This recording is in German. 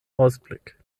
ausblick